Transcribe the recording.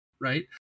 Right